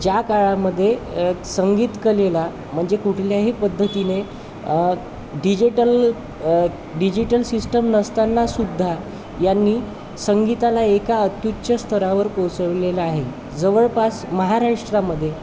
ज्या काळामध्ये संगीतकलेला म्हणजे कुठल्याही पद्धतीने डिजिटल डिजिटल सिस्टम नसतानासुद्धा यांनी संगीताला एका अत्युच्च स्तरावर पोचवलेला आहे जवळपास महाराष्ट्रामध्ये